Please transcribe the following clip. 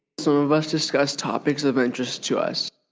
so of us discussed topics of interest to us.